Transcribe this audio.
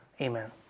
amen